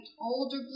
older